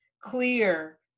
clear